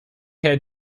had